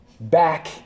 back